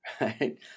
right